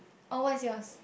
oh what's yours